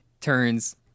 turns